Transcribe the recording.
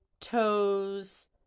toes